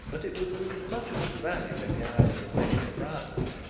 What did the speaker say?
but it would lose much of its value in the eyes of many proprietors,